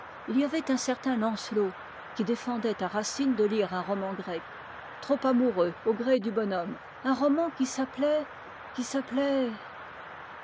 il y avait un certain lancelot qui défendait à racine de lire un roman grec trop amoureux au gré du bonhomme un roman qui s'appelait qui s'appelait